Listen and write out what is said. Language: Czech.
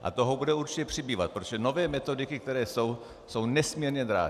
A toho bude určitě přibývat, protože nové metodiky, které jsou, jsou nesmírně drahé.